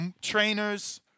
trainers